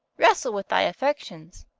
wrestle with thy affections.